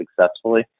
successfully